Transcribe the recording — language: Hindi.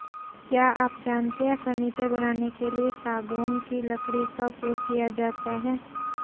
क्या आप जानते है फर्नीचर बनाने के लिए सागौन की लकड़ी का उपयोग किया जाता है